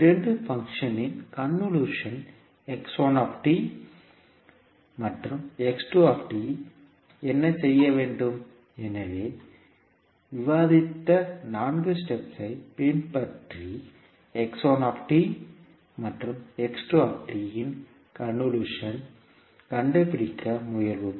இரண்டு பங்க்ஷன் இன் கன்வொல்யூஷன் என்ன செய்ய வேண்டும் எனவே விவாதித்த 4 ஸ்டெப்ஸ் ஐ பின்பற்றி இன் கன்வொல்யூஷன் கண்டுபிடிக்க முயல்வோம்